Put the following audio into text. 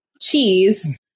cheese